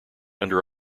under